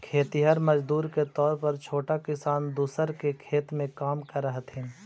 खेतिहर मजदूर के तौर पर छोटा किसान दूसर के खेत में काम करऽ हथिन